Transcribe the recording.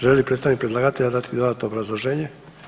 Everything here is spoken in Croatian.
Želi li predstavnik predlagatelja dati dodatno obrazloženje?